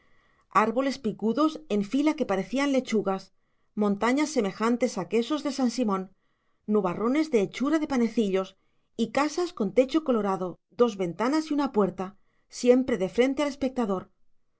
árboles picudos en fila que parecían lechugas montañas semejantes a quesos de san simón nubarrones de hechura de panecillos y casas con techo colorado dos ventanas y una puerta siempre de frente al espectador